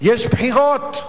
יש בחירות?